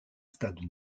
stade